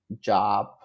job